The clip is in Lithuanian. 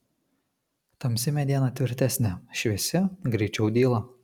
tamsi mediena tvirtesnė šviesi greičiau dyla